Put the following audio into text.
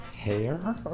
hair